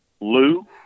Lou